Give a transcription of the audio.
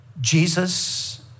Jesus